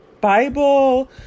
Bible